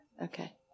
Okay